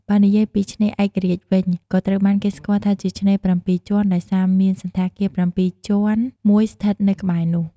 បើនិយាយពី ឆ្នេរឯករាជ្យវិញ ក៏ត្រូវបានគេស្គាល់ថាជាឆ្នេរ ៧ ជាន់ ដោយសារមានសណ្ឋាគារ ៧ ជាន់មួយស្ថិតនៅក្បែរនោះ។